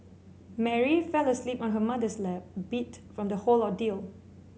Mary fell asleep on her mother's lap beat from the whole ordeal